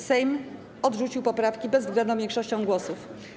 Sejm odrzucił poprawki bezwzględną większością głosów.